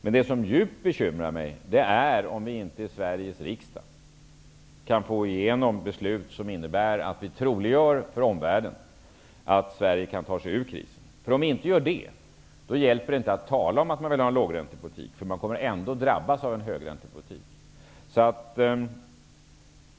Men det som djupt bekymrar mig är om vi i Sveriges riksdag inte kan få igenom beslut som innebär att vi troliggör för omvärlden att Sverige kan ta sig ur krisen. Om vi inte gör det då hjälper det inte att tala om att man vill ha en lågräntepolitik, för vi kommer ändå att drabbas av en högräntepolitik.